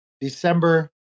December